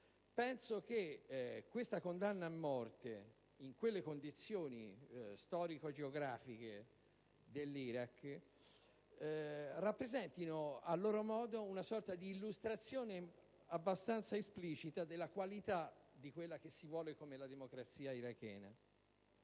Credo che questa condanna a morte, nelle condizioni storico-geografiche dell'Iraq, rappresenti a suo modo una sorta di illustrazione esplicita della qualità di quella che si vuole sia la democrazia irachena.